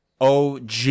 og